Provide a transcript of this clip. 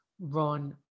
run